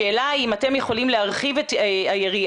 השאלה היא אם אתם יכולים להרחיב את היריעה